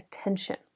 attention